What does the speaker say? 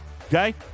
okay